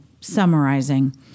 summarizing